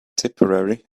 tipperary